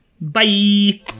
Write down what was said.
bye